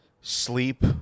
sleep